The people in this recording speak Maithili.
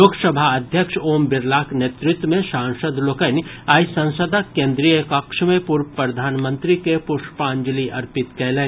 लोकसभा अध्यक्ष ओम बिरलाक नेतृत्व मे सांसद लोकनि आइ संसदक केन्द्रीय कक्ष मे पूर्व प्रधानमंत्री के पुष्पांजलि अर्पित कयलनि